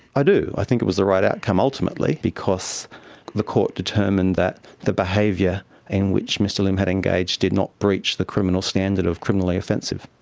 i do, i think it was the right outcome ultimately because the court determined that the behaviour in which mr lim had engaged did not breach the criminal standard of criminally offensive.